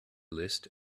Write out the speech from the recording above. list